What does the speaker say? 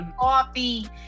Coffee